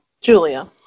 Julia